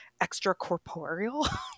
extracorporeal